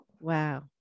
Wow